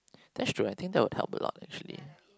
that's true I think that would help a lot actually